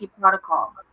protocol